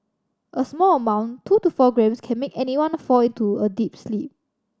a small amount two to four grams can make anyone fall into a deep sleep